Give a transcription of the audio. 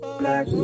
black